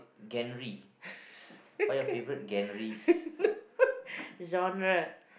no genre